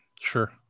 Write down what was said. Sure